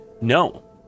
No